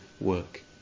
work